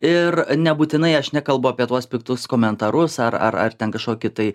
ir nebūtinai aš nekalbu apie tuos piktus komentarus ar ar ar ten kažkokį tai